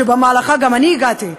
שאליו גם אני הגעתי,